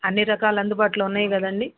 అన్ని రకాల అందుబాటులో ఉన్నాయి కదండి